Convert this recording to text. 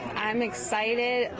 i'm excited.